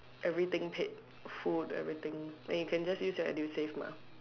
everything paid food everything and you can just use your Edusave mah